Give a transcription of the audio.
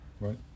right